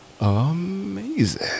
amazing